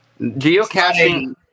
Geocaching